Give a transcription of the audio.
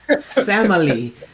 family